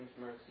mercy